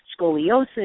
scoliosis